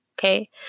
Okay